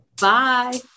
Bye